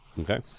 Okay